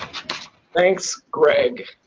thanks greg,